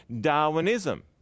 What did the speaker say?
Darwinism